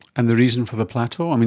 and the reason for the plateau?